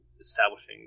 establishing